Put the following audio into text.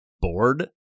bored